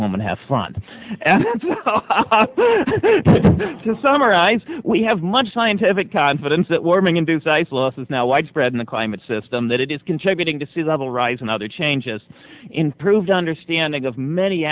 home and have fun to summarize we have much scientific confidence that warming induced ice loss is now widespread in the climate system that is contributing to sea level rise and other changes improved understanding of many